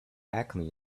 acne